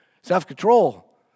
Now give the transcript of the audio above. self-control